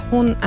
Hon